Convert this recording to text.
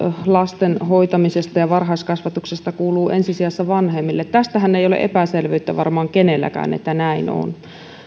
lasten hoitamisesta ja varhaiskasvatuksesta kuuluu ensi sijassa vanhemmille tästähän ei ole epäselvyyttä varmaan kenelläkään että näin on